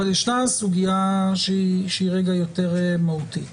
ישנה סוגייה שהיא יותר מהותית.